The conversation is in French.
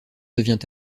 devient